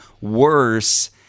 worse